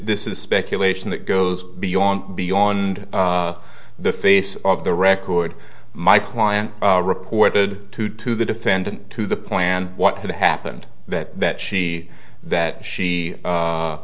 this is speculation that goes beyond beyond the face of the record my client reported to the defendant to the plan what had happened that that she that she